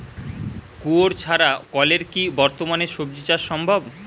কুয়োর ছাড়া কলের কি বর্তমানে শ্বজিচাষ সম্ভব?